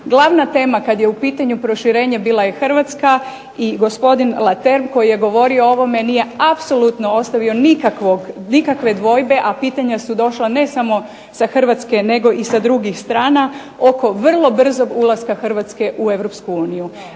Glavna tema kada je u pitanju proširenje bila je Hrvatska i gospodin Leterme koji je govorio o ovome nije apsolutno ostavio nikakve dvojbe a pitanja su došla ne samo sa hrvatske nego i sa drugih strana oko vrlo brzog ulaska Hrvatske u EU.